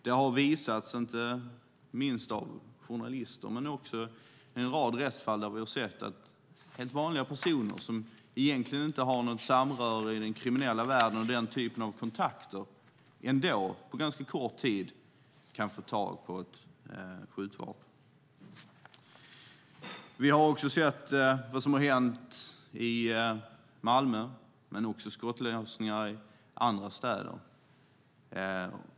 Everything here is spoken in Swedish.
Det har visats inte minst av journalister men också i en rad rättsfall där vi har sett att helt vanliga personer som egentligen inte har något samröre i den kriminella världen och inte har den typen av kontakter ändå på ganska kort tid kan få tag på skjutvapen. Vi har också sett vad som har hänt i Malmö, men det har också varit skottlossningar i andra städer.